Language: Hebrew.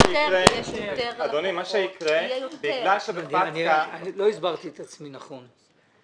סליחה, לא הסברתי את עצמי נכון.